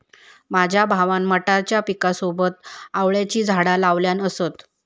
माझ्या भावान मटारच्या पिकासोबत आवळ्याची झाडा लावल्यान असत